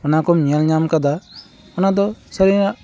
ᱚᱱᱟᱠᱚᱢ ᱧᱮᱞ ᱧᱟᱢ ᱟᱠᱟᱫᱟ ᱚᱱᱟᱫᱚ ᱥᱟᱹᱨᱤᱱᱟᱜ